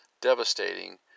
devastating